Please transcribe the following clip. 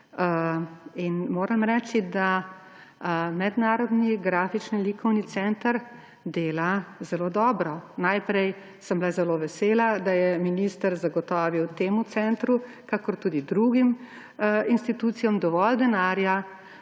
in moram reči, da Mednarodni grafični likovni center dela zelo dobro. Najprej sem bila zelo vesela, da je minister zagotovil temu centru kot tudi drugim institucijam dovolj denarja,